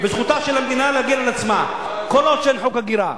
וזכותה של המדינה להגן על עצמה כל עוד אין חוק הגירה.